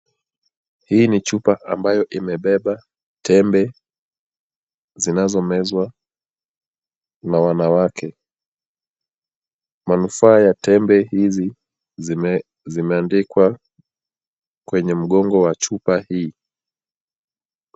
Hii ni chupa ambayo imebeba tembe zinazomezwa na wanawake. Manufaa ya tembe hizi zimeandikwa kwenye mgongo wa chupa hii.